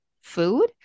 food